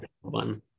one